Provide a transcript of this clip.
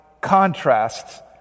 contrasts